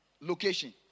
location